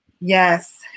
Yes